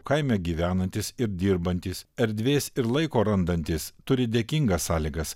kaime gyvenantys ir dirbantys erdvės ir laiko randantys turi dėkingas sąlygas